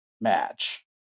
match